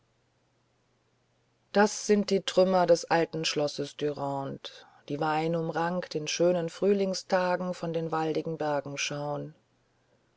das sind die trümmer des alten schlosses dürande die weinumrankt in schönen frühlingstagen von den waldigen bergen schauen